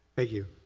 thank you.